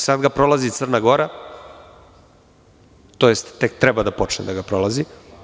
Sad ga prolazi Crna Gora, tj. tek treba da počne da ga prolazi.